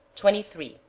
twenty three.